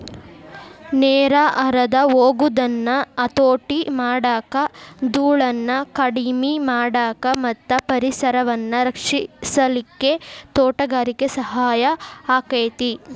ನೇರ ಹರದ ಹೊಗುದನ್ನ ಹತೋಟಿ ಮಾಡಾಕ, ದೂಳನ್ನ ಕಡಿಮಿ ಮಾಡಾಕ ಮತ್ತ ಪರಿಸರವನ್ನ ರಕ್ಷಿಸಲಿಕ್ಕೆ ತೋಟಗಾರಿಕೆ ಸಹಾಯ ಆಕ್ಕೆತಿ